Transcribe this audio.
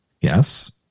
Yes